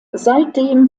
seitdem